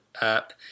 up